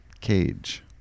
Cage